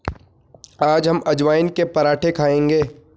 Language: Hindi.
आज हम अजवाइन के पराठे खाएंगे